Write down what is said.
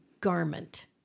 garment